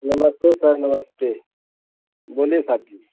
नमस्ते सर नमस्ते बोलीये सर जी